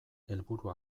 helburu